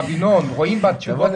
חבר הכנסת ארבל, בבקשה.